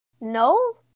no